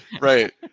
Right